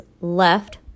Left